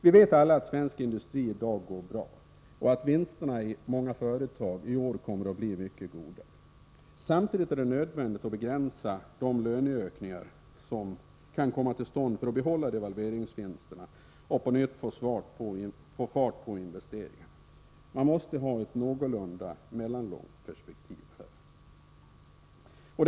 Vi vet alla att svensk industri i dag går bra och att vinsterna i många företag i år kommer att bli mycket goda. Samtidigt är det nödvändigt att begränsa de löneökningar som kan komma till stånd för att behålla devalveringsvinsterna och på nytt få fart på investeringarna. Man måste här ha ett mellanlångt perspektiv.